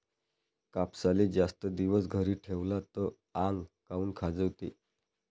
कापसाले जास्त दिवस घरी ठेवला त आंग काऊन खाजवते?